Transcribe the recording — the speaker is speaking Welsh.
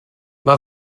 mae